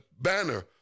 banner